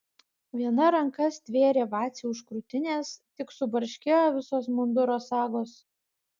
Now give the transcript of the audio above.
viena ranka stvėrė vacį už krūtinės tik subarškėjo visos munduro sagos